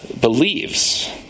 believes